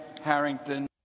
Harrington